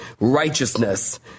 righteousness